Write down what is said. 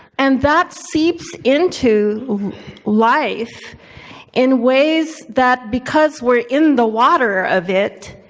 and that seeps into life in ways that because we're in the water of it,